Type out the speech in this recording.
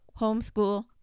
homeschool